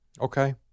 Okay